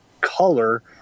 color